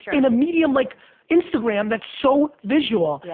in a medium like instagram that's so visual,